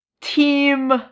team